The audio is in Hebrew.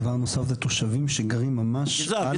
דבר נוסף זה תושבים שגרים ממש על האתר.